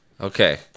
Okay